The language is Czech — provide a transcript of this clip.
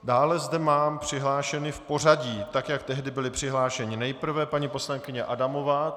Dále zde mám přihlášeny v pořadí tak, jak tehdy byli přihlášeni: nejprve paní poslankyně Adamová.